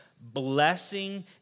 blessing